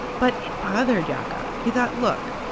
but it bothered yaakov. he thought, look.